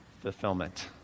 Fulfillment